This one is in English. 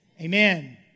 Amen